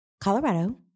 Colorado